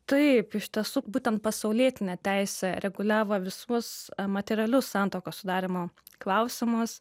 taip iš tiesų būtent pasaulietinė teisė reguliavo visus materialius santuokos sudarymo klausimus